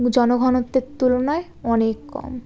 জনঘনত্বের তুলনায় অনেক কম